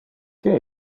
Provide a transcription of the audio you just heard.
que